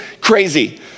crazy